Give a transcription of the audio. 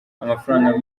amafaranga